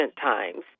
times